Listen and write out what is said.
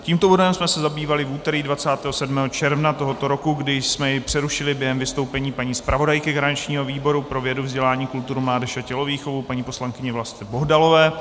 Tímto bodem jsme se zabývali v úterý 27. června tohoto roku, kdy jsme jej přerušili během vystoupení paní zpravodajky garančního výboru pro vědu, vzdělání, kulturu, mládež a tělovýchovu paní poslankyně Vlasty Bohdalové.